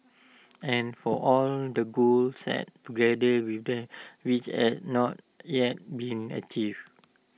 and for all the goals set together with them which had not yet been achieved